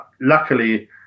luckily